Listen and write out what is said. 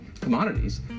commodities